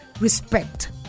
respect